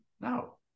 no